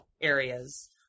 areas